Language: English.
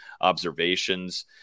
observations